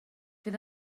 fydd